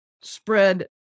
spread